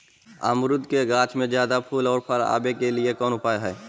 अमरूद के गाछ में ज्यादा फुल और फल आबे के लिए कौन उपाय है?